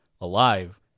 alive